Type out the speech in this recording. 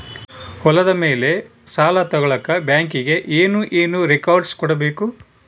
ಹೊಲದ ಮೇಲೆ ಸಾಲ ತಗಳಕ ಬ್ಯಾಂಕಿಗೆ ಏನು ಏನು ರೆಕಾರ್ಡ್ಸ್ ಕೊಡಬೇಕು?